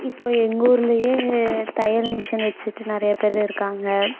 இப்போது எங்கள் ஊரிலையே தையல் மிஷின்னு வச்சுட்டு நிறையா பேர் இருக்காங்க